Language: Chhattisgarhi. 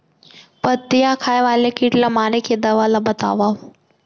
पत्तियां खाए वाले किट ला मारे के दवा ला बतावव?